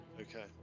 Okay